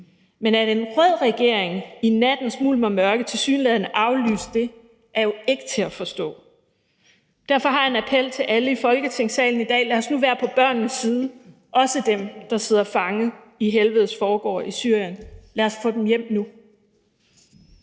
Men at en rød regering i nattens mulm og mørke tilsyneladende aflyste det, er jo ikke til at forstå. Derfor har jeg en appel til alle i Folketingssalen i dag: Lad os nu være på børnenes side, også dem, der sidder fanget i helvedes forgård i Syrien. Lad os få dem hjem nu!